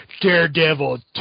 Daredevil